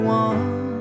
one